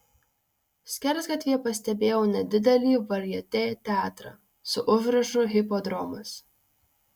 skersgatvyje pastebėjau nedidelį varjetė teatrą su užrašu hipodromas